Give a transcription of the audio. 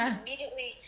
immediately